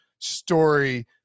story